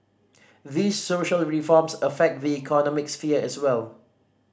these social reforms affect the economic sphere as well